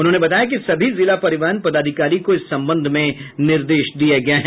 उन्होने बताया कि सभी जिला परिवहन पदाधिकारी को इस संबंध में निर्देश दिया गया है